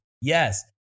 yes